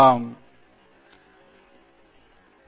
எனவே இப்போது நீங்கள் இங்கே ஆராய்ச்சி மாணவர் ஆராய்ச்சி அறிஞர் இங்கே